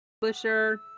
Publisher